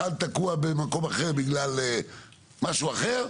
אחד תקוע במקום אחר בגלל משהו אחר.